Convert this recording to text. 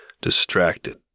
distracted